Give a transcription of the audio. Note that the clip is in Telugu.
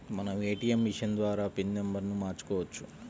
మనం ఏటీయం మిషన్ ద్వారా పిన్ నెంబర్ను మార్చుకోవచ్చు